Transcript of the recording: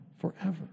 forever